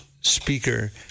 speaker